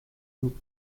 group